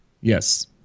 Yes